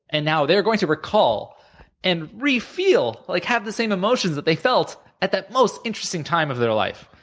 and now, they're going to recall and re-feel, like have the same emotions that they felt at that most interesting time of their life,